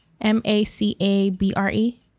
m-a-c-a-b-r-e